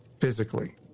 physically